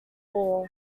hall